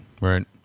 right